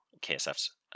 KSF's